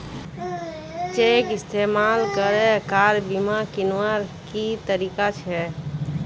Cheque इस्तेमाल करे car बीमा कीन्वार की तरीका छे?